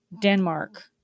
Denmark